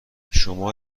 شما